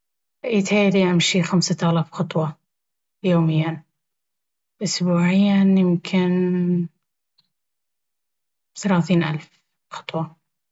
يتهيأ لي أمشي خمسة آلاف خطوة يوميا ...اسبوعيا يمكن ثلاثين ألف خطوة